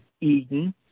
eden